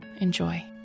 Enjoy